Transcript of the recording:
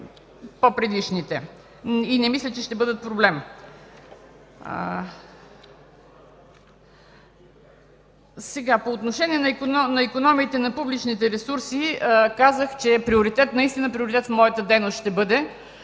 по-предишните и не мисля, че ще бъдат проблем. По отношение на икономиите на публичните ресурси. Казах, че приоритет в моята дейност ще бъде